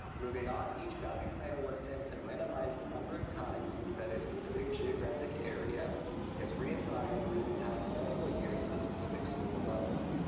moving on, each boundary plan will attempt to minimize the number of times that a specific geographic area is reassigned within the past several years at a specific school level,